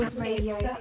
Radio